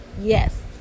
yes